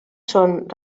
són